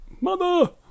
Mother